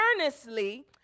earnestly